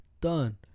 Done